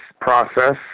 process